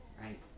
right